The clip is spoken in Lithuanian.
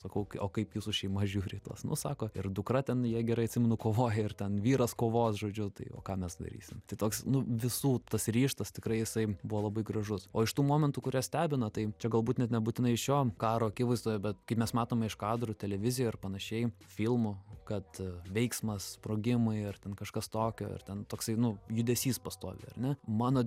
sakau o kaip jūsų šeima žiūri į tuos nu sako ir dukra ten jei gerai atsimenu kovoja ir ten vyras kovos žodžiu tai o ką mes darysim tai toks nu visų tas ryžtas tikrai jisai buvo labai gražus o iš tų momentų kurie stebina tai čia galbūt net nebūtinai šio karo akivaizdoje bet kaip mes matome iš kadrų televizijoj ar panašiai filmų kad veiksmas sprogimai ar ten kažkas tokio ir ten toksai nu judesys pastoviai ar ne mano